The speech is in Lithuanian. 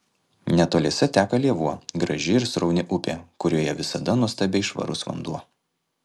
netoliese teka lėvuo graži ir srauni upė kurioje visada nuostabiai švarus vanduo